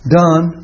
done